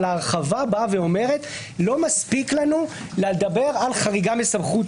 וההרחבה באה ואומרת: לא מספיק לנו לדבר על החריגה הקלסית מסמכות,